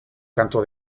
canto